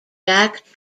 jack